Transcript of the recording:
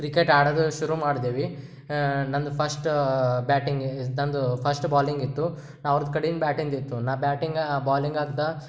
cricket ಅದೊಂದು ಶುರು ಮಾಡ್ದೇವೆ ನನ್ನದು ಫಸ್ಟ ಬ್ಯಾಟಿಂಗೇ ನನ್ನದು ಫಸ್ಟ್ ಬಾಲಿಂಗ್ ಇತ್ತು ಅವ್ರ್ದ ಕಡಿಂದ ಬ್ಯಾಟಿಂಗ್ ಇತ್ತು ನಾ ಬ್ಯಾಟಿಂಗ್ ಬಾಲಿಂಗ್ ಹಾಕ್ದ